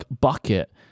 bucket